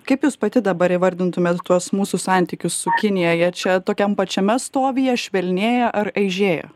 kaip jūs pati dabar įvardintumėt tuos mūsų santykius su kinija jie čia tokiam pačiame stovyje švelnėja ar aižėja